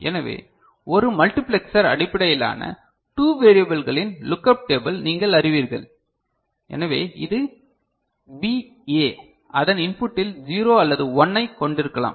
எனவே 1 மல்டிபிளெக்சர் அடிப்படையிலான 2 வேரியபில்களின் லுக் அப் டேபிள் நீங்கள் அறிவீர்கள் எனவே இது பிஏ அதன் இன்புட்டில் 0 அல்லது 1 ஐக் கொண்டிருக்கலாம்